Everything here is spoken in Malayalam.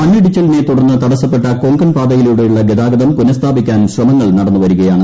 മണ്ണിടിച്ചിലിനെ തുടർന്ന് തടസ്സപ്പെട്ട കൊങ്കൺ പാതയിലൂടെയുള്ള് ഗതാഗതം പുനഃസ്ഥാപി ക്കാൻ ശ്രമങ്ങൾ നടത്തിവരിക്യാണ്